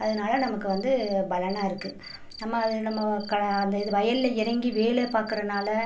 அதனால் நமக்கு வந்து பலனாருக்கு நம்ம அது நம்ம க அந்த இது வயலில் இறங்கி வேலை பார்க்குறனால